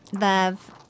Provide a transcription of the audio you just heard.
love